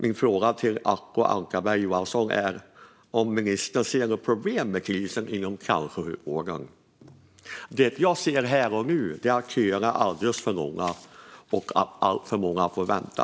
Min fråga till Acko Ankarberg Johansson är därför: Ser ministern något problem med krisen inom cancersjukvården? Det jag ser här och nu är att köerna är alldeles för långa och att alltför många får vänta.